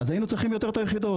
אז היינו צריכים יותר את היחידות,